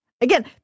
Again